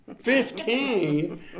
Fifteen